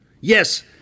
Yes